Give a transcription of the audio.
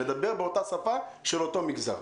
לתרגם באותה שפה של אותו מגזר.